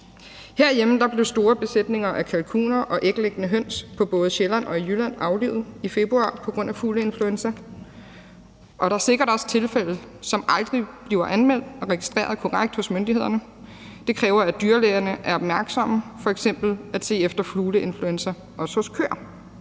Herhjemme blev store besætninger af kalkuner og æglæggende høns på både Sjælland og i Jylland aflivet i februar på grund af fugleinfluenza, og der er sikkert også tilfælde, som aldrig bliver anmeldt og registreret korrekt hos myndighederne. For det kræver, at dyrlægerne f.eks. også er opmærksomme på at se efter fugleinfluenza hos køer.